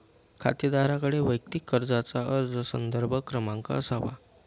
खातेदाराकडे वैयक्तिक कर्जाचा अर्ज संदर्भ क्रमांक असावा